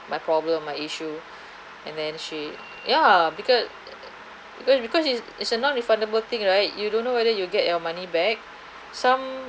my problem my issue and then she ya because because because it's is a non-refundable thing right you don't know whether you'll get your money back some